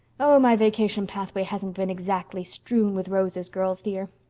oh, my vacation pathway hasn't been exactly strewn with roses, girls dear.